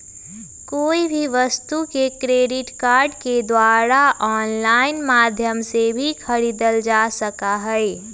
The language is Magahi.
कोई भी वस्तु के क्रेडिट कार्ड के द्वारा आन्लाइन माध्यम से भी खरीदल जा सका हई